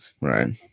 Right